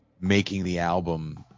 making-the-album